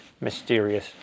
mysterious